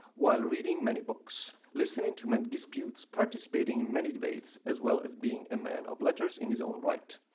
while reading many books, listening to many disputes, participating in many debates, as well as being a man of letters in his own right.